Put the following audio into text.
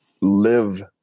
live